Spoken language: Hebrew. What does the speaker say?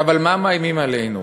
עכשיו, במה מאיימים עלינו,